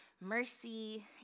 mercy